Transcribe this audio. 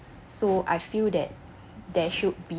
so I feel that there should be